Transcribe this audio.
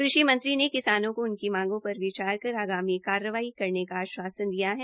कृषि मंत्री ने किसानों को उनकी मांगों पर विचार कर आगामी कार्रवाई करने का आशवासन दिया है